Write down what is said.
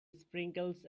sprinkles